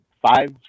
Five